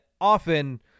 often